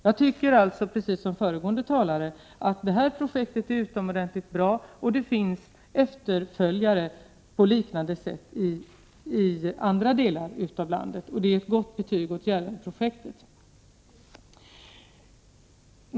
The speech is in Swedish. Jag tycker alltså, precis som föregående talare, att detta projekt är utomordentligt bra. Det finns efterföljare i andra delar av landet, och det är ett gott betyg åt Djärvenprojektet.